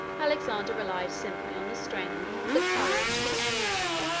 alexander relied simply on the strength, the courage, the energy,